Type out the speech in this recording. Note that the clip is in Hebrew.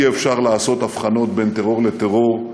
אי-אפשר לעשות הבחנות בין טרור לטרור,